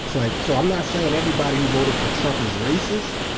like, so i'm not saying everybody who voted for trump is racist.